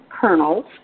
kernels